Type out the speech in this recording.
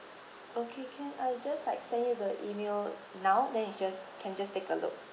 okay can I will just like send you the email now then you just can just take a look